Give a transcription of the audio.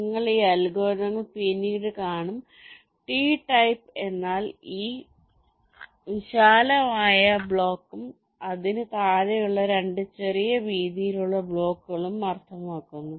നിങ്ങൾ ഈ അൽഗോരിതങ്ങൾ പിന്നീട് കാണും T ടൈപ്പ് എന്നാൽ ഈ വിശാലമായ ബ്ലോക്കും അതിനു താഴെയുള്ള 2 ചെറിയ വീതിയുള്ള ബ്ലോക്കുകളും അർത്ഥമാക്കുന്നു